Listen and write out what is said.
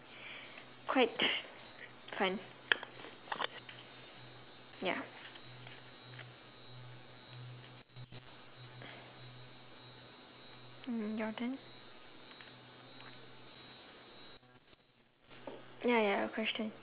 quite fun ya mm your turn ya ya your question